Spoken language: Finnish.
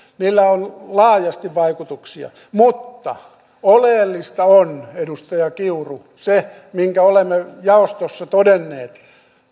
niillä on laajasti vaikutuksia mutta oleellista on edustaja kiuru se minkä olemme jaostossa todenneet